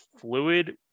fluid